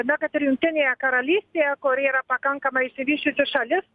na kad ir jungtinėje karalystėje kuri yra pakankamai išsivysčiusi šalis